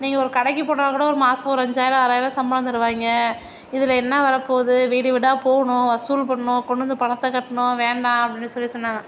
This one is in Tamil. நீங்கள் ஒரு கடைக்கு போனா கூட ஒரு மாதம் ஒரு அஞ்சாயிரம் ஆறாயிரம் சம்பளம் தருவாய்ங்க இதில் என்ன வரபோது வீடு வீடாக போகணும் வசூல் பண்ணணும் கொண்டு வந்து பணத்தை கட்டணும் வேண்டா அப்படின்னு சொல்லி சொன்னாங்க